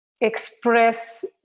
express